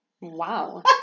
Wow